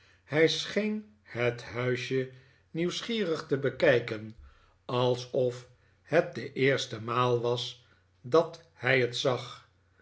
hij scheen het huisje nieuwsgierig te bekijken alsof het de eerste maal was dat hij het zag